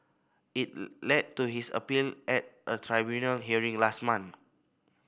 it led to his appeal at a tribunal hearing last month